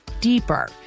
deeper